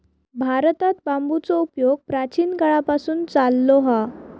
भारतात बांबूचो उपयोग प्राचीन काळापासून चाललो हा